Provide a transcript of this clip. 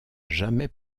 jamais